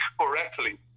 correctly